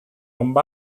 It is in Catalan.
amb